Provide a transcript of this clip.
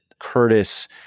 Curtis